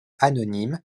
anonyme